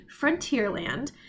Frontierland